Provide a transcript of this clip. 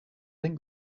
think